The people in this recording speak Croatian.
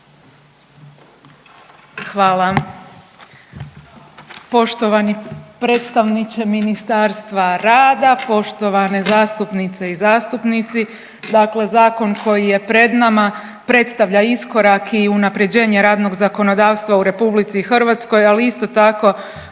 Hvala. Poštovani predstavniče Ministarstva rada, poštovane zastupnice i zastupnici. Dakle, zakon koji je pred nama predstavlja iskorak i unapređenje radnog zakonodavstva u RH, ali isto tako